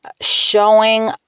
showing